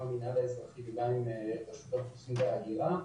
המינהל האזרחי וגם עם רשות האוכלוסין וההגירה,